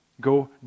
go